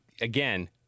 again